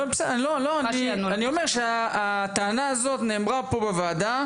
לא, אני אומר שהטענה הזאת נאמרה פה בוועדה